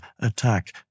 attack